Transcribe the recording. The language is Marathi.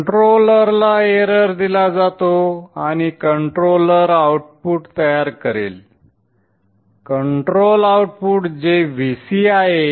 कंट्रोलरला एरर दिला जातो आणि कंट्रोलर आउटपुट तयार करेलकंट्रोल आउटपुट जे Vc आहे